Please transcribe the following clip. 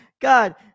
God